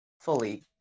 fully